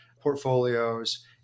portfolios